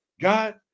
God